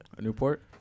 Newport